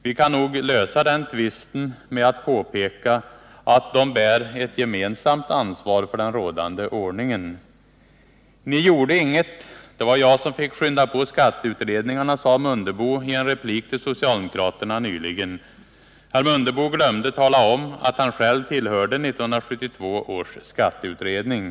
Vi kan nog lösa den tvisten med att påpeka att de bär ett gemensamt ansvar för den rådande ordningen. Ni gjorde inget — det var jag som fick skynda på skatteutredningarna, sade Ingemar Mundebo i en replik till socialdemokraterna nyligen. Herr Mundebo glömde tala om att han själv tillhörde 1972 års skatteutredning!